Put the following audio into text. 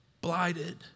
Blighted